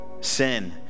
sin